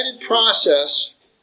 process